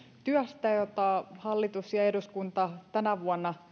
työstä jota hallitus ja eduskunta tänä vuonna